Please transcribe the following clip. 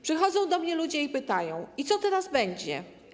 Przychodzą do mnie ludzie i pytają: Co teraz będzie?